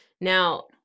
Now